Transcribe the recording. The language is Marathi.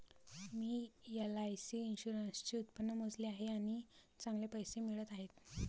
मी एल.आई.सी इन्शुरन्सचे उत्पन्न मोजले आहे आणि चांगले पैसे मिळत आहेत